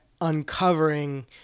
uncovering